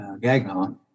Gagnon